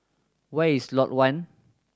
where is Lot One